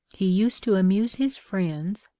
he used to amuse his friends,